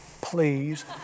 please